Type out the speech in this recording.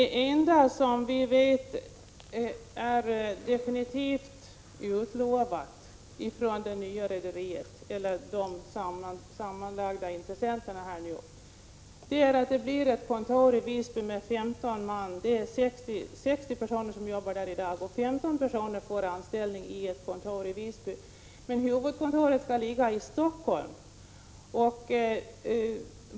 Herr talman! Det enda som intressenterna har lovat är att det blir ett kontor i Visby med 15 man. 60 personer arbetar där i dag. Men huvudkontoret skall ligga i Stockholm.